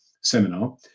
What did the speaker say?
seminar